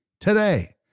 today